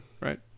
right